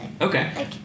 Okay